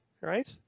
right